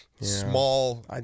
small